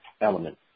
element